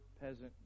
peasant